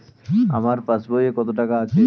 আমার পাস বইয়ে কত টাকা আছে?